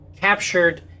captured